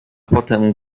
potem